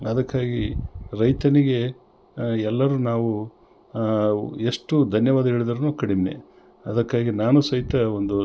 ಅದಕ್ಕಾಗಿ ರೈತನಿಗೆ ಎಲ್ಲರು ನಾವು ಎಷ್ಟು ಧನ್ಯವಾದ ಹೇಳಿದರೂನು ಕಡಿಮೆ ಅದಕ್ಕಾಗಿ ನಾನು ಸಹಿತ ಒಂದು